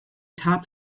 top